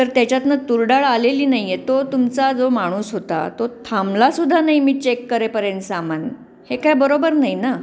तर त्याच्यातून तुरडाळ आलेली नाही आहे तो तुमचा जो माणूस होता तो थांबलासुद्धा नाही मी चेक करेपर्यंत सामान हे काय बरोबर नाही ना